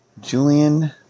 Julian